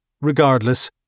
Regardless